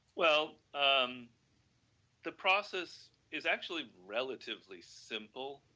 well, um the process is actually relatively simple,